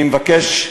אני מבקש,